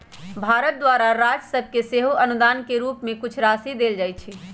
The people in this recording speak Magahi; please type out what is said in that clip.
भारत द्वारा राज सभके सेहो अनुदान के रूप में कुछ राशि देल जाइ छइ